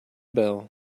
bell